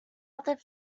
other